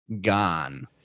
gone